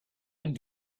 and